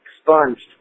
expunged